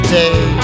day